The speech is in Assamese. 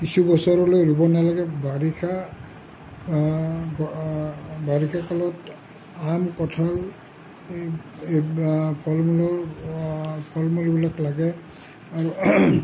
কিছু বছৰলৈ ৰুব নালাগে বাৰিষা বাৰিষা কালত আম কঁঠাল এই এই ফল মূলৰ ফল মূলবিলাক লাগে আৰু